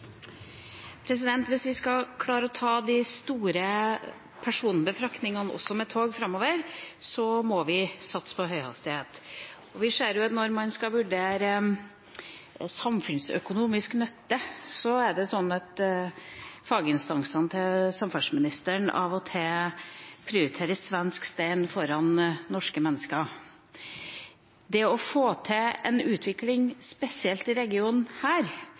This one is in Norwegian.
store personbefraktningene med tog framover, må vi satse på høyhastighet. Når vi skal vurdere samfunnsøkonomisk nytte, ser vi at faginstansene til samferdselsministeren av og til prioriterer svensk stein framfor norske mennesker. Det å få til en utvikling spesielt i denne regionen,